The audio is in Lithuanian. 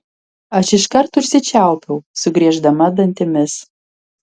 aš iškart užsičiaupiau sugrieždama dantimis